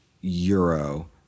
euro